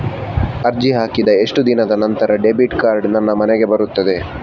ಅರ್ಜಿ ಹಾಕಿದ ಎಷ್ಟು ದಿನದ ನಂತರ ಡೆಬಿಟ್ ಕಾರ್ಡ್ ನನ್ನ ಮನೆಗೆ ಬರುತ್ತದೆ?